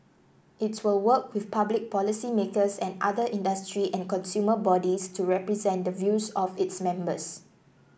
its will work with public policymakers and other industry and consumer bodies to represent the views of its members